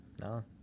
no